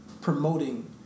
promoting